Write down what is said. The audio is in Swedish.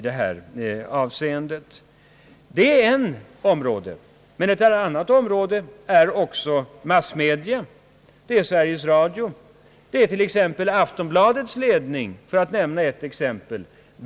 Det är en möjlighet, en annan är att ta kontakt med massmedia, Sveriges Radio, Aftonbladets ledning, för att nämna två exempel.